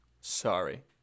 sorry